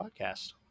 Podcast